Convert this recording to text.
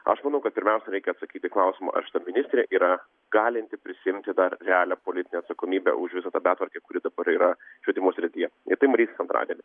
aš manau kad pirmiausia reikia atsakyti į klausimą ar šita ministrė yra galinti prisiimti dar realią politinę atsakomybę už visą tą betvarkę kuri dabar yra švietimo srityje ir tai matysis antradienį